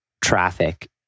traffic